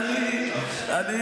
אני אגיד את זה בכל מקרה, אז עזוב.